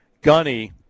Gunny